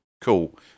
cool